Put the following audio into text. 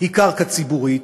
היא קרקע ציבורית,